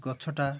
ଗଛଟା